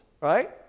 right